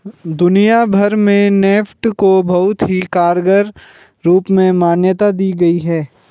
दुनिया भर में नेफ्ट को बहुत ही कारगर रूप में मान्यता दी गयी है